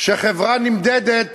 שחברה נמדדת